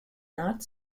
not